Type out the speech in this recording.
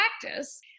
practice